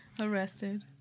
arrested